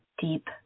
deep